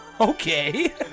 Okay